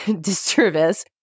disservice